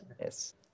Yes